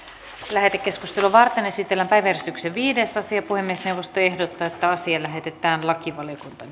lähetekeskustelua varten esitellään päiväjärjestyksen viides asia puhemiesneuvosto ehdottaa että asia lähetetään lakivaliokuntaan